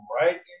right